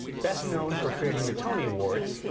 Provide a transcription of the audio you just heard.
best known for creating the tony awards,